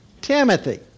Timothy